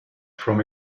from